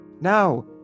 Now